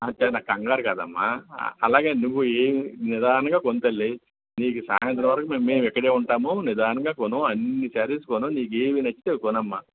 అంటే నా కంగారు కాదు అమ్మా అలాగే నువ్వు యే నిదానంగా కొను తల్లి నీకు సాయంత్రం వరకు మే మేము ఇక్కడే ఉంటాము నిదానంగా కొను అన్ని సారీస్ కొను నీకు ఏవి నచ్చితే అవి కొను అమ్మా